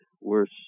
worse